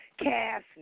cast